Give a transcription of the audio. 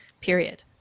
period